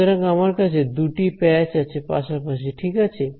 সুতরাং আমার কাছে দুটি প্যাচ আছে পাশাপাশি ঠিক আছে